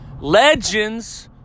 Legends